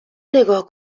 نگاه